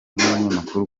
n’abanyamakuru